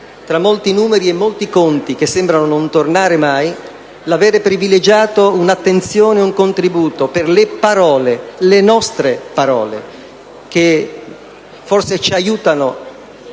fra molti numeri e molti conti che sembrano non tornare mai, l'aver privilegiato l'attenzione ed il contributo per le parole, per le nostre parole - che forse ci aiutano